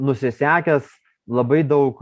nusisekęs labai daug